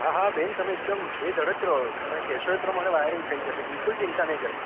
હા હા બેન તમે એકદમ બેધડક રહો તમે કહેશો એ પ્રમાણે વાયરિંગ થઈ જશે બિલ્કુલ ચિંતા નહીં કરતાં